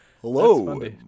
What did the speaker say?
hello